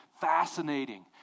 fascinating